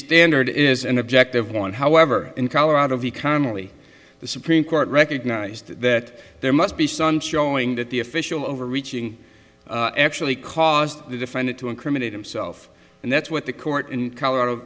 standard is an objective one however in colorado v connelly the supreme court recognized that there must be son showing that the official overreaching actually caused the defendant to incriminate himself and that's what the court in colorado